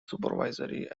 supervisory